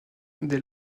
dès